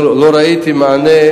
לא ראיתי מענה,